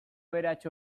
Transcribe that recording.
aberats